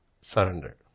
surrender